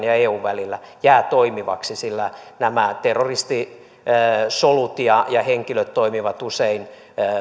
ja eun välillä jää toimivaksi sillä nämä terroristisolut ja ja henkilöt toimivat usein